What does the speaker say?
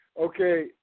Okay